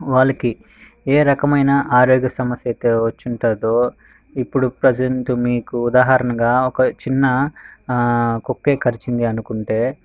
వాళ్ళకి ఏ రకమైన ఆరోగ్య సమస్య అయితే వచ్చి ఉంటుందో ఇప్పుడు ప్రెసెంట్ మీకు ఉదాహరణగా ఒక చిన్న ఆ కుక్కే కరిచింది అనుకుంటే